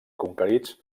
conquerits